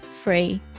free